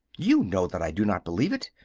you know that i do not believe it!